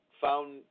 found